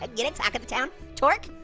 and get it, talk of the town, torque?